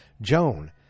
Joan